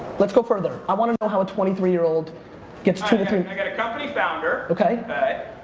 let's go further. i wanna know how a twenty three year old gets two to three i got a company founder. okay. okay,